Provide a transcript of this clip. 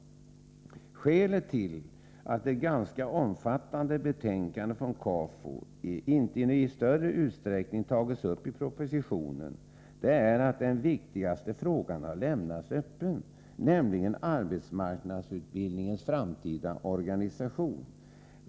Skälet till att det ganska omfattande betänkandet från KAFU inte i större omfattning tagits uppi propositionen är att den viktigaste frågan har lämnats öppen, nämligen arbetsmarknadsutbildningens framtida organisation.